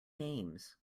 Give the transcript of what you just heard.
names